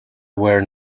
were